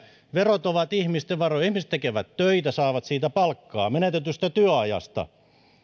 verot ovat ihmisten varoja ihmiset tekevät töitä ja saavat siitä palkkaa menetetystä ajasta